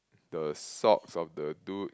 the socks of the do